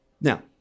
Now